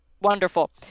Wonderful